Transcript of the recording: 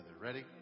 Ready